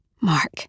Mark